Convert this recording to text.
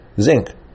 zinc